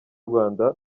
rwanda